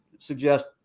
suggest